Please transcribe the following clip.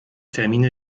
termine